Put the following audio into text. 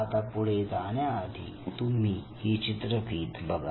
आता पुढे जाण्याआधी तुम्ही ही चित्रफित बघा